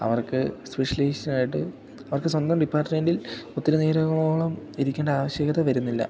അവർക്ക് സ്പെഷ്യലൈസ്ഡായിട്ട് അവർക്കു സ്വന്തം ഡിപ്പാർട്ട്മെൻ്റിൽ ഒത്തിരി നേരങ്ങളോളം ഇരിക്കേണ്ട ആവശ്യകത വരുന്നില്ല